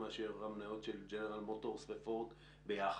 מהמניות של ג'נרל מוטורס ופורד ביחד.